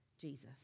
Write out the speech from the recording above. Jesus